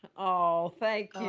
oh, thank